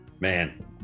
man